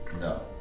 No